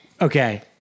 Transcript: Okay